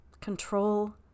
control